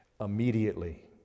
immediately